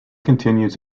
continues